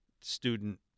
student